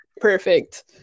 perfect